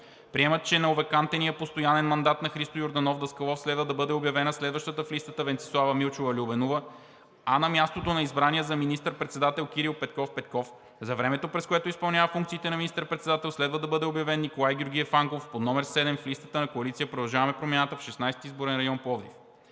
приема, че на овакантения постоянен мандат на Христо Йорданов Даскалов следва да бъде обявена следващата в листата Венцислава Милчова Любенова, а на мястото на избрания за министър-председател Кирил Петков Петков за времето, през което изпълнява функциите на министър-председател, следва да бъде обявен Николай Георгиев Ангов под № 7 в листата на Коалиция „Продължаваме Промяната“ в Шестнадесети изборен район – Пловдив.